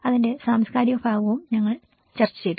അതിന്റെ സാംസ്കാരിക ഭാഗവും ഞങ്ങൾ ചർച്ച ചെയ്തു